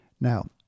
Now